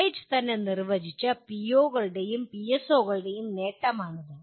college തന്നെ നിർവചിച്ച പിഒകളുടെയും പിഎസ്ഒകളുടെയും നേട്ടമാണിത്